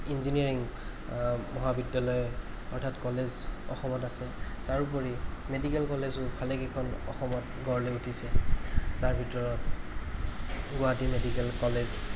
engineering মহাবিদ্য়ালয় অৰ্থাৎ college অসমত আছে তাৰ উপৰি মেডিকেল কলেজো ভালেকেইখন অসমত গঢ় লৈ উঠিছে তাৰ ভিতৰত গুৱাহাটী মেডিকেল কলেজ